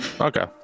Okay